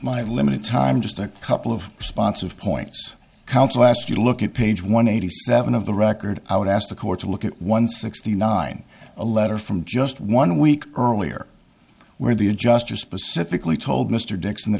my limited time just a couple of spots of points counsel ask you to look at page one eighty seven of the record i would ask the court to look at one sixty nine a letter from just one week earlier where the adjuster specifically told mr d